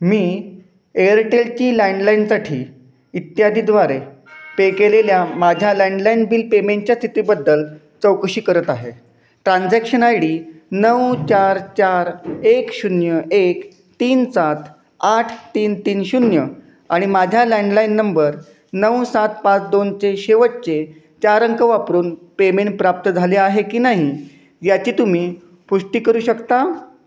मी Airtel की लँडलाईनसाठी इत्यादी द्वारे पे केलेल्या माझ्या लँडलाईन बिल पेमेंटच्या स्थितीबद्दल चौकशी करत आहे ट्रान्झॅक्शन आय डी नऊ चार चार एक शून्य एक तीन सात आठ तीन तीन शून्य आणि माझ्या लँडलाईन नंबर नऊ सात पाच दोनचे शेवटचे चार अंक वापरून पेमेंट प्राप्त झाले आहे की नाही याची तुम्ही पुष्टी करू शकता